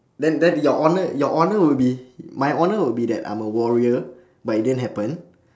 then then your honour your honour would be my honour would be that I'm a warrior but it didn't happen